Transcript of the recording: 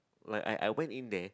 like I I went in there